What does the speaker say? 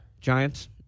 Giants